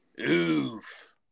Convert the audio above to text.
Oof